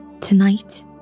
Tonight